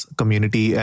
community